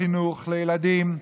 בחינוך לילדים,